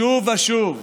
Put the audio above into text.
שוב ושוב,